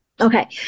Okay